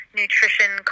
nutrition